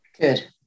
Good